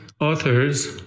authors